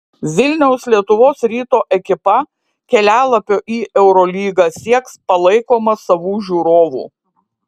vilniaus lietuvos ryto ekipa kelialapio į eurolygą sieks palaikoma savų žiūrovų